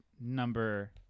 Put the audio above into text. number